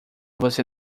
você